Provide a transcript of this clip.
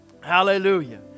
Hallelujah